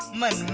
my